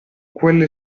quelle